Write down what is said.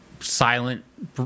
silent